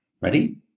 Ready